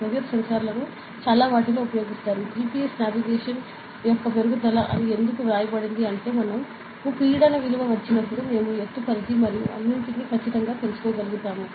pressure సెన్సార్ల ను చాలా వాటిలో ఉపయోగిస్తారు GPS నావిగేషన్ యొక్క మెరుగుదల అని ఎందుకు వ్రాయబడింది అంటే మనకు పీడన విలువ వచ్చినప్పుడు మేము ఎత్తు పరిధిని మరియు అన్నింటినీ ఖచ్చితంగా తెలుసుకోగలుగుతాము